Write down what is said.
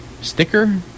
sticker